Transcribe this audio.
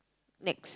next